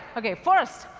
okay, first,